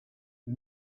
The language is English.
the